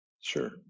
Sure